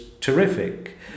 terrific